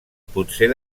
potser